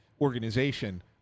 organization